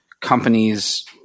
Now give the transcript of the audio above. Companies